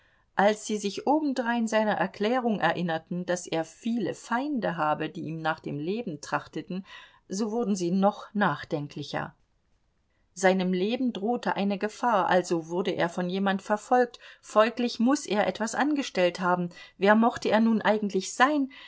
als sie sich obendrein seiner erklärung erinnerten daß er viele feinde habe die ihm nach dem leben trachteten so wurden sie noch nachdenklicher seinem leben drohte eine gefahr also wurde er von jemand verfolgt folglich muß er etwas angestellt haben wer mochte er nun eigentlich sein